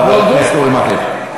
חבר הכנסת אורי מקלב.